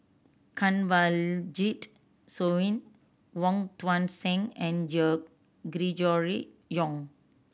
Kanwaljit Soin Wong Tuang Seng and Gregory Yong